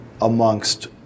amongst